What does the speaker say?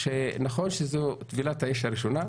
נכון שזו טבילת האש הראשונה,